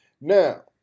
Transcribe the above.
Now